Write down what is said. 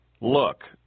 look